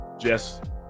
Jess